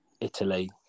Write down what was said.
Italy